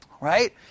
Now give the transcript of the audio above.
Right